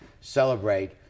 celebrate